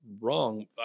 wrong